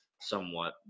somewhat